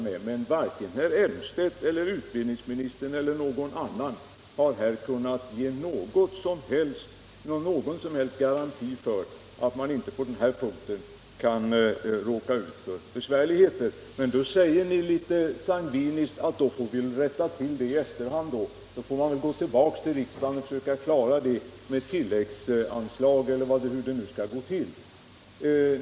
Men varken herr Elmstedt eller utbildningsministern eller någon annan har här kunnat ge någon som helst garanti för att man inte kan råka ut för besvärligheter på denna punkt. Ni säger litet sangviniskt: Om vi hamnar i ett sådant kritiskt läge får vi väl rätta till det i efterhand; då får vi väl återkomma till riksdagen med begäran om tilläggsanslag eller hur det nu skall gå till.